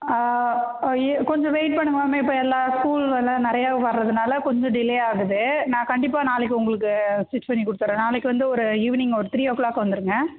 ஐயோ கொஞ்சம் வெயிட் பண்ணுங்கள் மேம் இப்போ எல்லா ஸ்கூல்லெல்லாம் நிறையா வர்றதுனால கொஞ்சம் டிலே ஆகுது நான் கண்டிப்பாக நாளைக்கு உங்களுக்கு ஸ்டிரிச் பண்ணி கொடுத்துட்றேன் நாளைக்கு வந்து ஒரு ஈவ்னிங் ஒரு த்ரீ ஓ க்ளாக் வந்துருங்க